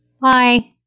Bye